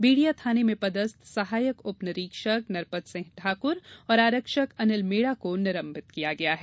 बेड़िया थाने में पदस्थ सहायक उप निरीक्षक नरपत सिंह ठाकुर और आरक्षक अनिल मेडा को निलंबित कर दिया है